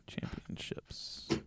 Championships